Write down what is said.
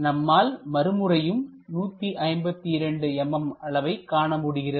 நம்மால் மறுமுறையும் 152 mm அளவை காண முடிகிறது